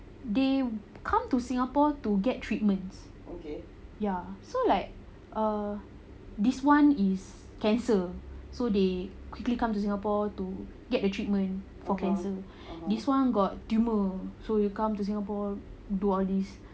they come to singapore to get treatments ya so like err this [one] is cancer so they quickly come to singapore to get a treatment for cancer this [one] got tumour so you come to singapore do all this